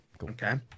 Okay